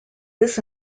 this